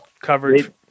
coverage